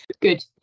Good